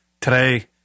today